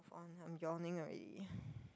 fine I'm yawning already